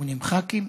80 ח"כים,